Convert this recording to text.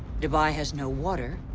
dubai has no water,